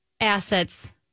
assets